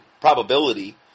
probability